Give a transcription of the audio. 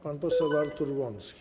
Pan poseł Artur Łącki.